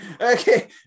Okay